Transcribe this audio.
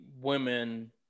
women